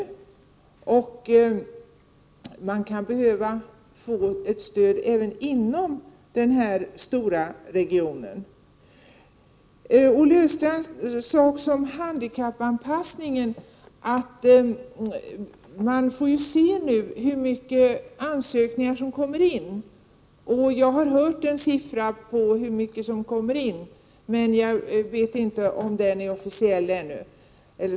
Människor inom den här stora regionen kan också behöva få ett stöd. Olle Östrand sade om handikappanpassningen att vi får avvakta och se hur många ansökningar som kommer in. Jag har hört en siffra på hur många ansökningar som har kommit in, men jag vet inte om den siffran är officiell ännu.